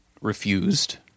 refused